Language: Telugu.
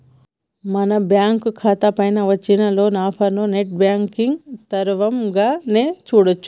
మన బ్యాంకు ఖాతా పైన వచ్చిన లోన్ ఆఫర్లను నెట్ బ్యాంకింగ్ తరవంగానే చూడొచ్చు